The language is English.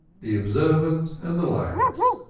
the observant and the lax,